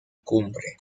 cumbre